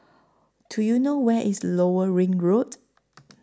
Do YOU know Where IS Lower Ring Road